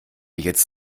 jetzt